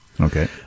Okay